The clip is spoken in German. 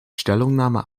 stellungnahme